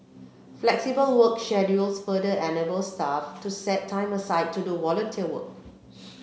flexible work schedules further enable staff to set time aside to do volunteer work